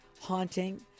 haunting